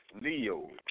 Leo